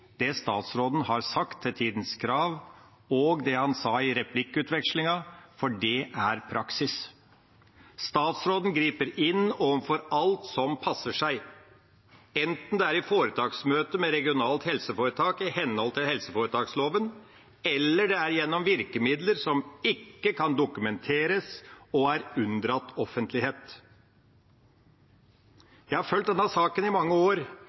det statsråden har sagt til Tidens Krav, og det han sa i replikkordskiftet. For det er praksis. Statsråden griper inn overfor alt som passer seg, enten det er i foretaksmøte med regionalt helseforetak i henhold til helseforetaksloven, eller det er gjennom virkemidler som ikke kan dokumenteres og er unndratt offentlighet. Jeg har fulgt denne saken i mange år,